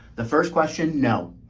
the first question, no.